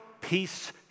peace